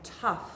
tough